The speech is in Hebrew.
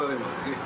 את כל הכספים,